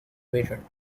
returned